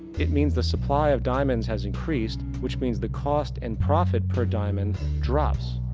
it means the supply of diamonds has increased, which means the cost and profit per diamond drops.